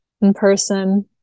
in-person